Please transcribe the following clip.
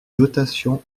dotations